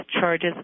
charges